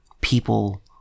people